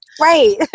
right